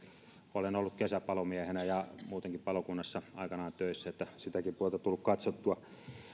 olen ollut kesäpalomiehenä ja muutenkin palokunnassa aikanaan töissä että sitäkin puolta on tullut katsottua